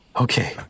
Okay